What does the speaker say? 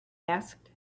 asked